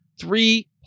Three